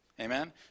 Amen